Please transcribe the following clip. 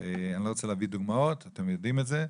לא רוצה להביא דוגמאות, אתם יודעים את זה.